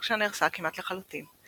ורשה נהרסה כמעט לחלוטין,